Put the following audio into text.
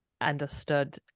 understood